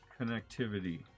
connectivity